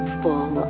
full